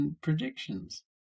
predictions